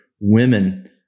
women